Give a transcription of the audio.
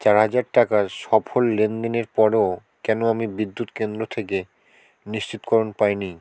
চার হাজার টাকার সফল লেনদেনের পরেও কেন আমি বিদ্যুৎ কেন্দ্র থেকে নিশ্চিতকরণ পাই নি